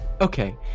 okay